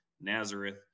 Nazareth